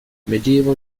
medieval